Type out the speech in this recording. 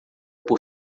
por